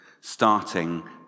starting